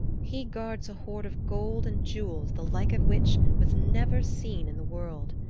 he guards a hoard of gold and jewels the like of which was never seen in the world.